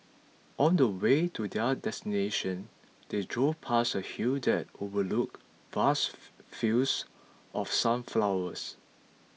on the way to their destination they drove past a hill that overlooked vast fields of sunflowers